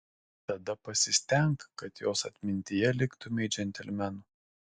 tada pasistenk kad jos atmintyje liktumei džentelmenu